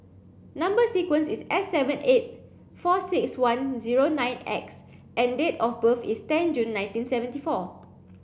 number sequence is S seven eight four six one zero nine X and date of birth is ten June nineteen seventy four